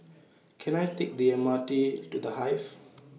Can I Take The M R T to The Hive